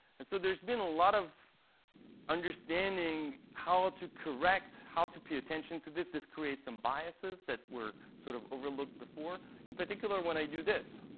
and so there's been a lot of understanding how to correct, how to pay attention to this. this creates some biases that were sort of overlooked before. in particular, when i do this,